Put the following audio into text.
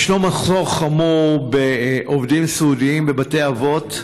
יש מחסור חמור בעובדים סיעודיים בבתי אבות.